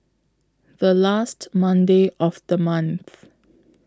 The last Monday of The month